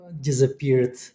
disappeared